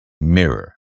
Mirror